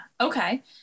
Okay